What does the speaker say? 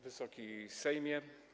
Wysoki Sejmie!